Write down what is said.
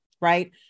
right